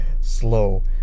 slow